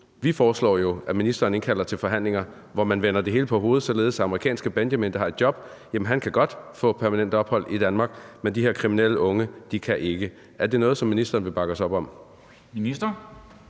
Vi foreslår, at ministeren indkalder til forhandlinger, hvor man vender det hele på hovedet, således at amerikanske Benjamin, der har et job, godt kan få permanent opholdstilladelse i Danmark, men at de her kriminelle unge ikke kan. Er det noget, som ministeren vil bakke op om?